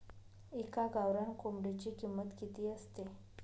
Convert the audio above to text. एका गावरान कोंबडीची किंमत किती असते?